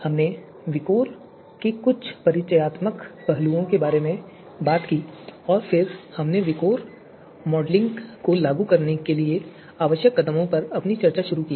इसलिए हमने विकोर के कुछ परिचयात्मक पहलुओं के बारे में बात की और फिर हमने विकोर मॉडलिंग को लागू करने के लिए आवश्यक कदमों पर अपनी चर्चा शुरू की